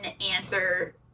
answer